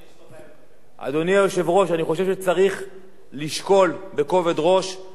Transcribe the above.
אני חושב שצריך לשקול בכובד ראש להוסיף לחוק הצינון הקיים כבר,